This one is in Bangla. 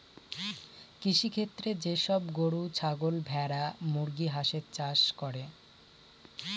কৃষিক্ষেত্রে যে সব গরু, ছাগল, ভেড়া, মুরগি, হাঁসের চাষ করে